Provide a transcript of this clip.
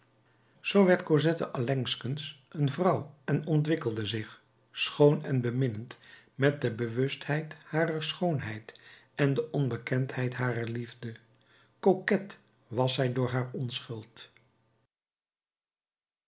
zoo werd cosette allengskens een vrouw en ontwikkelde zich schoon en beminnend met de bewustheid harer schoonheid en de onbekendheid harer liefde coquet was zij door haar onschuld